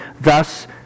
thus